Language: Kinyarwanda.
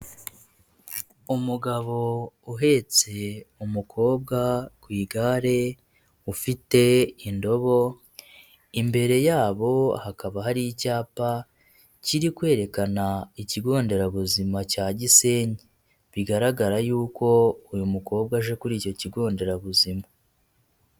Umugabo uhetse umukobwa ku igare ufite indobo, imbere yabo hakaba hari icyapa kiri kwerekana ikigo nderabuzima cya Gisenyi bigaragara y'uko uyu mukobwa aje kuri icyo kigo nderabuzima.